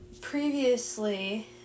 previously